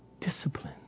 discipline